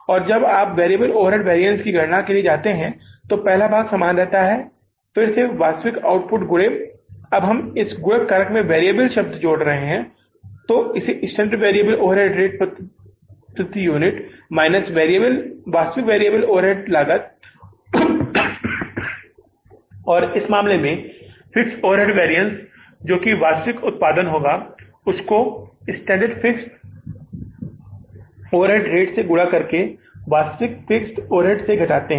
और जब आप वैरिएबल ओवरहेड वैरिअन्स की गणना के लिए जाते हैं तो पहला भाग समान रहता है फिर से वास्तविक आउटपुट गुणे अब हम इस गुणक कारक में वैरिएबल शब्द जोड़ रहे है तो ये अब स्टैंडर्ड वेरिएबल ओवरहेड रेट प्रति यूनिट माइनस वास्तविक वेरिएबल ओवरहेड लागत और इस मामले में फिक्स्ड ओवरहेड वैरिअन्स जो की वास्तविक उत्पादन होगा उसको स्टैण्डर्ड फिक्स्ड ओवरहेड रेट से गुणा करके वास्तविक फिक्स्ड ओवरहेड से घटाते है